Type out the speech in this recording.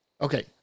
Okay